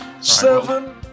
Seven